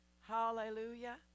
Hallelujah